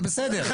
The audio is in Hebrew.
זה בסדר,